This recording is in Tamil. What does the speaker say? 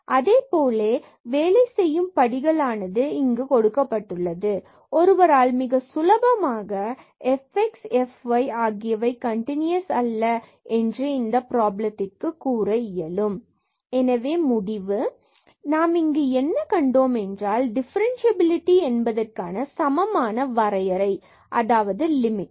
அதைப் போலவே வேலை செய்யும் படிகள் ஆனது உள்ளது மற்றும் ஒருவரால் மிக சுலபமாக fx மற்றும் fy ஆகியவை கண்டினுஸ் அல்ல என்று இந்த பிராபலத்திற்கு கூற இயலும் எனவே முடிவு நாம் இங்கு என்ன கண்டோம் என்றால் டிஃபரன்ஸ்சியபிலிடி என்பதற்கான சமமான வரையறை அதாவது லிமிட் ஆகும்